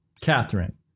Catherine